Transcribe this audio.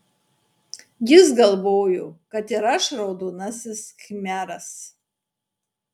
jis galvojo kad ir aš raudonasis khmeras